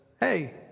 hey—